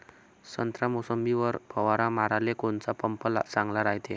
संत्रा, मोसंबीवर फवारा माराले कोनचा पंप चांगला रायते?